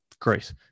great